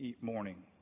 morning